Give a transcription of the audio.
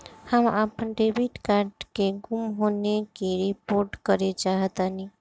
हम अपन debit card के गुम होने की रिपोर्ट करे चाहतानी